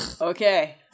okay